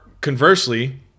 conversely